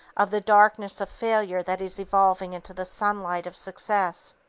of the darkness of failure that is evolving into the sunlight of success.